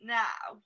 now